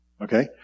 Okay